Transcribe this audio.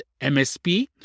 MSP